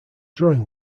drawing